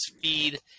feed